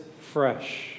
fresh